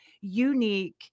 unique